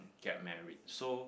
get married so